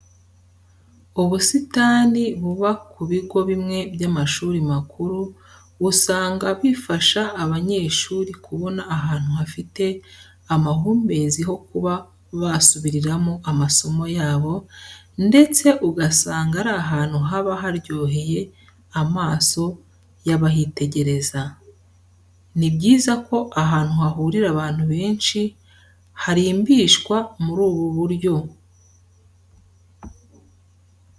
Ubusitani buba ku bigo bimwe by'amashuri makuru, usanga bifasha abanyeshuri kubona ahantu hafite amahumbezi ho kuba basubiriramo amasomo yabo ndetse ugasanga ari ahantu haba haryoheye amaso y'abahitegereza. Ni byiza ko ahantu hahurira abantu benshi harimbishwa muri ubu buryo.